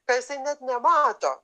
kad jisai net nemato